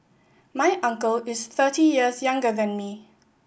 my uncle is thirty years younger than me